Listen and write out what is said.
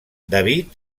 david